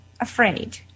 afraid